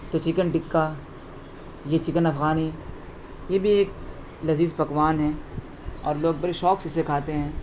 تو چکن ٹکہ یہ چکن افغانی یہ بھی ایک لذیذ پکوان ہے اور لوگ بڑے شوق سے اسے کھاتے ہیں